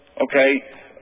Okay